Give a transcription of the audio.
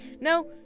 No